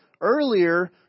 earlier